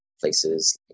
places